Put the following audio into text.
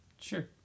Sure